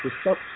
stop